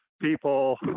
people